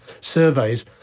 surveys